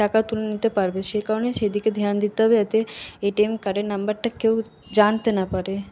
টাকা তুলে নিতে পারবে সে কারণেই সেদিকে ধ্যান দিতে হবে যাতে এটিএম কার্ডের নাম্বারটা কেউ জানতে না পারে